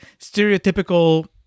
stereotypical